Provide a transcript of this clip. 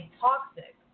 toxic